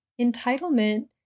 entitlement